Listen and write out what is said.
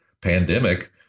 pandemic